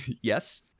yes